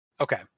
Okay